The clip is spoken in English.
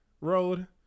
road